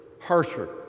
harsher